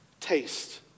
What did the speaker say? Taste